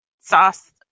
sauce